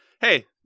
hey